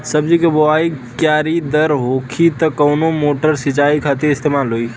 सब्जी के बोवाई क्यारी दार होखि त कवन मोटर सिंचाई खातिर इस्तेमाल होई?